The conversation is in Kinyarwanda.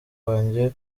wanjye